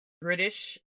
British